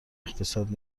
اقتصاد